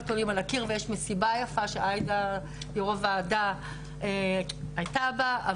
תולים על הקיר ויש מסיבה יפה שיו"ר הוועדה היתה בה.